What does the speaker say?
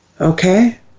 okay